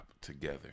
together